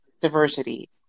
diversity